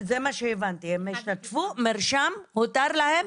זה מה שהבנתי, הם השתתפו, מרשם, מותר להם